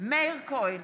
מאיר כהן,